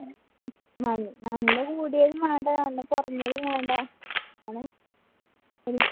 നല്ല കൂടിയതും വേണ്ട നല്ല കുറഞ്ഞതും വേണ്ട ഒരു